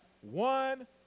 one